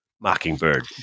Mockingbird